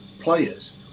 players